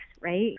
right